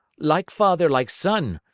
like father, like son.